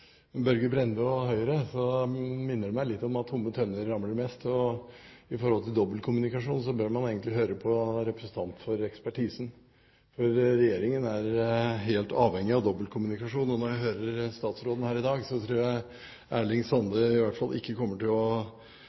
Børge Brende og Høyre, så minner det meg om at tomme tønner ramler mest. Når det gjelder dobbeltkommunikasjon, bør man egentlig høre på representanter for ekspertisen, for regjeringen er helt avhengig av dobbeltkommunikasjon, og når jeg hører statsråden her i dag, tror jeg Erling Sande i hvert fall ikke kommer til å